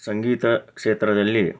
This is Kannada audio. ಸಂಗೀತ ಕ್ಷೇತ್ರದಲ್ಲಿ